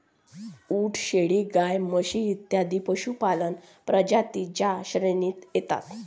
उंट, शेळी, गाय, म्हशी इत्यादी पशुपालक प्रजातीं च्या श्रेणीत येतात